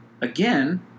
again